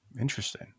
interesting